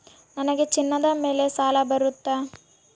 ನನಗೆ ಚಿನ್ನದ ಮೇಲೆ ಸಾಲ ಬರುತ್ತಾ?